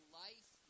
life